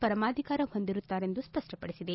ಪರಮಾಧಿಕಾರ ಹೊಂದಿರುತ್ತಾರೆಂದು ಸ್ಪಷ್ಪಡಿಸಿದೆ